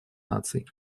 наций